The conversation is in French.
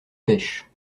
pêches